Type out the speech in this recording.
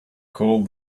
call